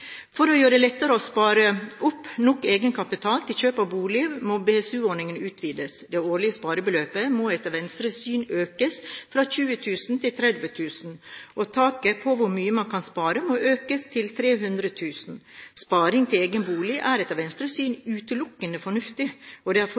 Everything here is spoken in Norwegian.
For å gjøre det lettere å spare opp nok egenkapital til å kjøpe bolig må BSU-ordningen utvides. Det årlige sparebeløpet må etter Venstres syn økes fra 20 000 kr til 30 000 kr. Taket på hvor mye man kan spare, må økes til 300 000 kr. Sparing til egen bolig er etter Venstres syn